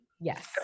yes